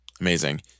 Amazing